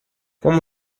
como